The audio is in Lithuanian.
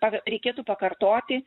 ar reikėtų pakartoti